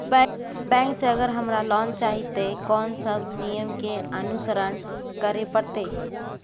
Bank से अगर हमरा लोन चाही ते कोन सब नियम के अनुसरण करे परतै?